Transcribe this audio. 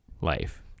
life